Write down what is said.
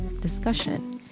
discussion